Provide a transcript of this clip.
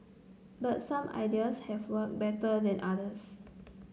but some ideas have worked better than others